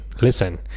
Listen